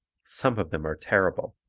some of them are terrible.